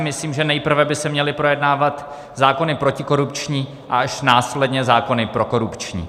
Myslím si, že nejprve by se měly projednávat zákony protikorupční, a až následně zákony prokorupční.